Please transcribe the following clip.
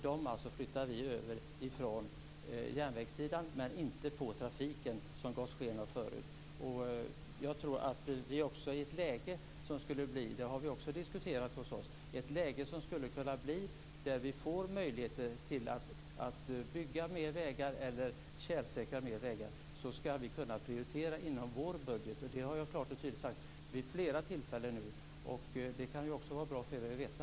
Dessa pengar flyttar vi över från järnvägarna, men inte från järnvägstrafiken, som det gavs sken av. I ett läge där vi får möjligheter att bygga fler vägar eller tjälsäkra fler vägar ska vi kunna prioritera inom vår budget. Det har jag klart och tydligt sagt vid flera tillfällen, och det kan vara bra för er att veta.